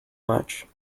much